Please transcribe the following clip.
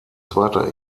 zweiter